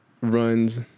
runs